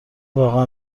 واقعا